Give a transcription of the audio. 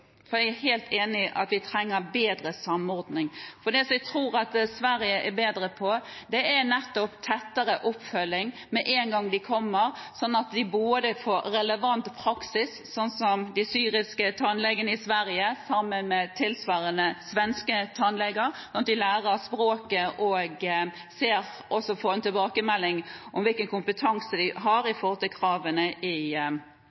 Jeg er helt enig i at vi trenger bedre samordning. Det jeg tror Sverige er bedre i, er nettopp tettere oppfølging med en gang flyktningene kommer, slik at de både får relevant praksis – slik som de syriske tannlegene i Sverige sammen med tilsvarende svenske tannleger – lærer språket og også får en tilbakemelding om hvilken kompetanse de har i forhold til kravene i